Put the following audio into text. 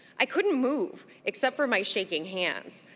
i couldn't move except for my shaking hands.